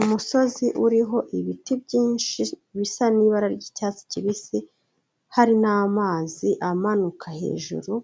Umusozi uriho ibiti byinshi bisa n'ibara ry'icyatsi kibisi hari n'amazi amanuka hejuru,